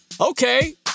okay